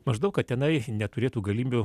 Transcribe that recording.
maždaug kad tenai neturėtų galimybių